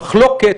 במחלוקת.